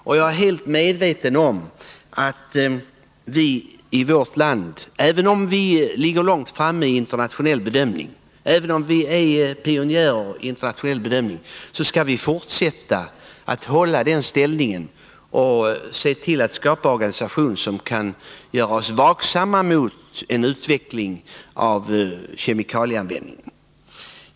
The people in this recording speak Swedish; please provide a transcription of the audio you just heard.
Och jag är helt medveten om att vi i vårt land — även om vi i internationell bedömning är pionjärer — måste fortsätta att hålla denna ställning och se till att det skapas en organisation som kan göra oss vaksamma på en utveckling mot ökad kemikalieanvändning.